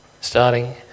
starting